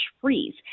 freeze